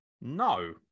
No